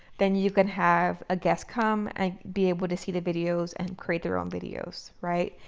then you can have a guest come and be able to see the videos and create their own videos. right.